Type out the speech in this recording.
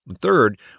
Third